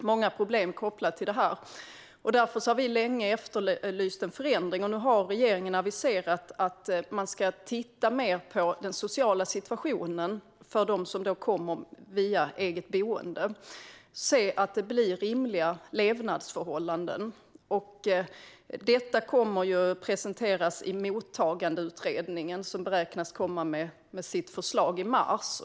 Många problem är kopplade till detta. Därför har vi länge efterlyst en förändring, och nu har regeringen aviserat att man ska titta mer på den sociala situationen för dem som kommer via eget boende. Man måste se till att levnadsförhållandena blir rimliga. Detta kommer att presenteras av Mottagandeutredningen, vars förslag beräknas bli presenterat i mars.